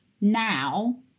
now